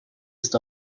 ist